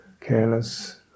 careless